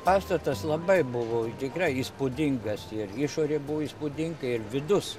pastatas labai buvo tikrai įspūdingas ir išorė buvo įspūdinga ir vidus